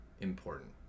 important